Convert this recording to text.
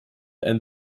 and